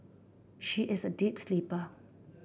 she is a deep sleeper